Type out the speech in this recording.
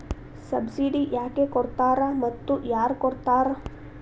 Subsidy ಯಾಕೆ ಕೊಡ್ತಾರ ಮತ್ತು ಯಾರ್ ಕೊಡ್ತಾರ್?